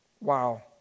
Wow